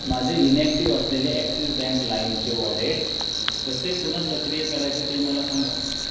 माझे इनॅक्टिव्ह असलेले Axis bank लाईमचे वॉलेट कसे पुन्हा सक्रिय करायचे ते मला सांगा